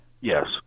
yes